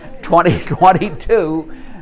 2022